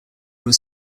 was